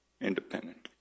independently